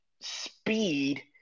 speed